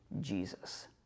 Jesus